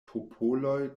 popoloj